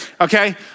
okay